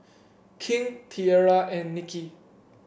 King Tierra and Nicky